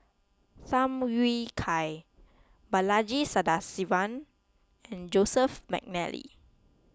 Tham Yui Kai Balaji Sadasivan and Joseph McNally